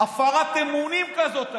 הפרת אמונים כזאת.